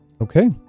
Okay